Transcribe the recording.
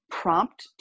prompt